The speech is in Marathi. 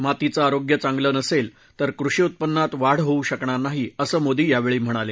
मातीचं आरोग्य चांगलं नसेल तर कृषी उत्पन्नात वाढ होऊ शकणार नाही असं मोदी यावेळी म्हणाले